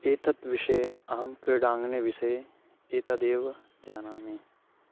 एतत् विषये अहं क्रीडाङ्गने विषये एतदेव जानामि